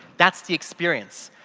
that's the experience.